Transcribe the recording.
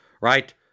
right